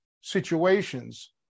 situations